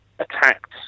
attacked